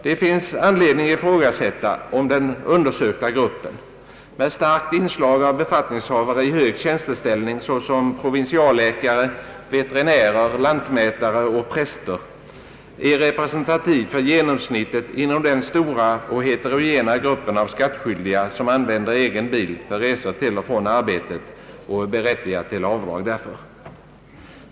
Det finns anledning ifrågasätta om den undersökta gruppen — med starkt inslag av befattningshavare i hög tjänsteställning såsom provinsialläkare, veterinärer, lantmätare och präster — är representativ för genomsnittet inom den stora och heterogena gruppen av skattskyldiga som använder egen bil för resor till och från arbetet och har rätt till avdrag därför.